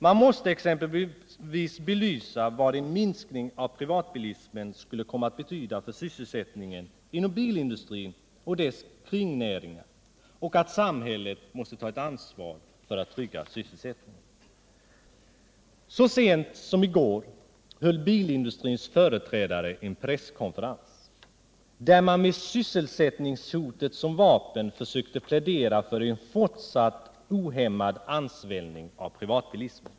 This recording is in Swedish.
Man måste exempelvis belysa vad en minskning av privatbilismen skulle komma att betyda för sysselsättningen inom bilindustrin och dess kringnäringar och därvid även väga in att samhället måste ta ett ansvar för att trygga sysselsättningen. Så sent som i går höll bilindustrins företrädare en presskonferens, där man med sysselsättningshotet som vapen försökte plädera för en fortsatt ohämmad ansvällning av privatbilismen.